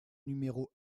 numéro